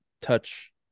touch